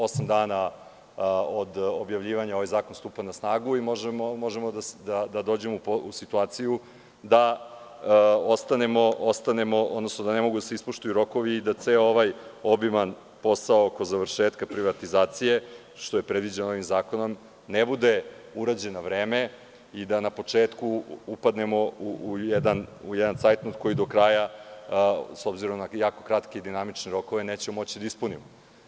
Osam dana od objavljivanja ovaj zakon stupa na snagu i možemo da dođemo u situaciju da ne mogu da se ispoštuju rokovi i da ceo ovaj obiman posao oko završetka privatizacije, što je predviđeno ovim zakonom, ne bude urađen na vreme i da na početku upadnemo u jedan cajtnot koji do kraja, s obzirom na jako kratke i dinamične rokove, nećemo moći da ispunimo.